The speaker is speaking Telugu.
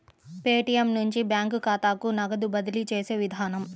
పేటీఎమ్ నుంచి బ్యాంకు ఖాతాకు నగదు బదిలీ చేసే విధానం